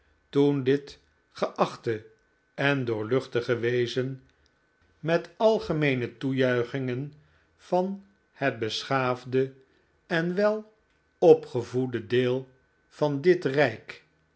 toen dit geachte en doorluchtige wezen met algemeene toejuichingen van het beschaafde en welopgevoede deel van dit rijk